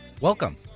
Welcome